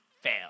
fail